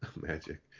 magic